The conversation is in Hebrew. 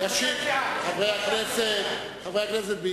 חברי הכנסת,